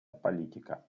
политика